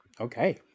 Okay